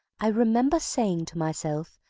i remember saying to myself,